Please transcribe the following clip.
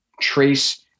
trace